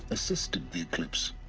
assisted the eclipse.